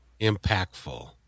impactful